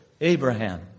Abraham